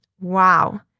wow